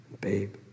Babe